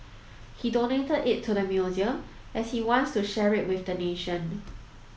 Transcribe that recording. he donated it to the museum as he wants to share it with the nation